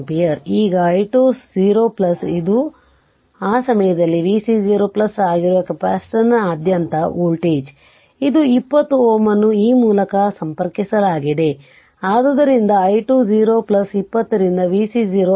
ಈಗ i2 0 ಇದು ಮತ್ತು ಆ ಸಮಯದಲ್ಲಿ vc 0 ಆಗಿರುವ ಕೆಪಾಸಿಟರ್ನಾದ್ಯಂತ ವೋಲ್ಟೇಜ್ ಇದು 20 Ω ಅನ್ನು ಈ ಮೂಲಕ ಸಂಪರ್ಕಿಸಲಾಗಿದೆ ಆದ್ದರಿಂದ i2 0 20 ರಿಂದ vc 0 ಆಗುತ್ತದೆ